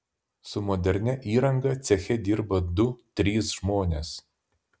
su modernia įranga ceche dirba du trys žmonės